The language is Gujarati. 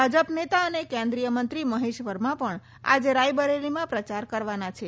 ભાજપ નેતા અને કેન્દ્રીય મંત્રી મહેશ વર્મા પણ આજે રાયબરેલીમાં પ્રચાર કરવાના છે